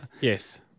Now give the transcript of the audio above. Yes